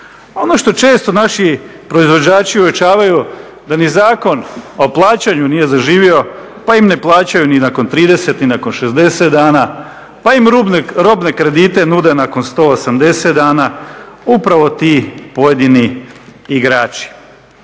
Ono što često naši proizvođači uočavaju da ni Zakon o plaćanju nije zaživio pa im ne plaćaju ni nakon 30 ni nakon 60 dana pa im robne kredite nude nakon 180 dana, upravo ti pojedini igrači.